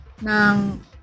Nang